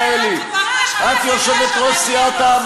במחנה הציוני משמיצים, משקרים, חברי הכנסת.